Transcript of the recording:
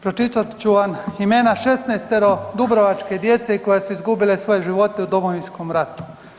Pročitat ću vam imena 16 dubrovačke djece koja su izgubila svoje živote u Domovinskom ratu.